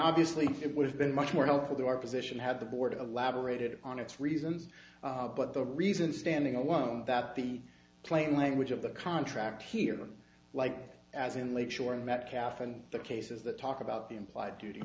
obviously it would have been much more helpful to our position had the board elaborated on its reasons but the reason standing alone that the plain language of the contract here like as in lake shore and metcalf and the cases that talk about the implied duty